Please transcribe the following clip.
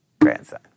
grandson